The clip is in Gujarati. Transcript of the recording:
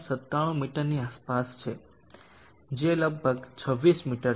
97 મીટરની આસપાસ છે જે લગભગ 26 મીટર છે